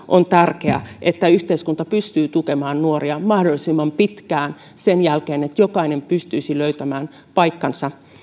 on tärkeää että yhteiskunta pystyy tukemaan nuoria mahdollisimman pitkään että jokainen pystyisi löytämään paikkansa